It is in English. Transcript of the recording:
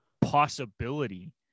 possibility